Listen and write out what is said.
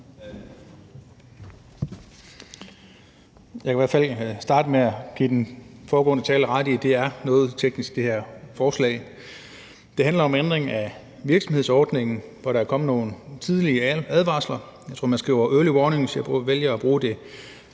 Jeg kan i hvert fald starte med at give den foregående taler ret i, at det her er et noget teknisk forslag. Det handler om en ændring af virksomhedsordningen, hvor der er kommet nogle tidlige advarsler – jeg tror, man skriver early warnings, men jeg vælger at bruge det